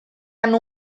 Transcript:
hanno